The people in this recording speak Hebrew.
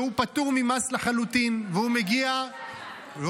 שהוא פטור ממס לחלוטין והוא מגיע --- אבל